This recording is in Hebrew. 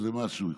איזה משהו.